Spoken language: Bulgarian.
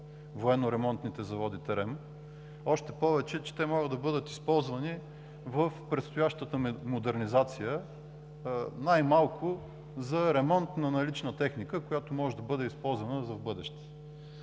Военноремонтните заводи ТЕРЕМ, още повече, че могат да бъдат използвани в предстоящата модернизация, най-малко за ремонт на налична техника, която може да бъде използвана за в бъдеще.